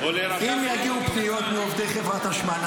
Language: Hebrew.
אם יגיעו פניות מעובדי חברת חשמל,